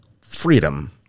freedom